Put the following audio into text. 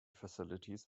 facilities